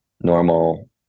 normal